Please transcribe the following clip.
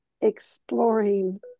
exploring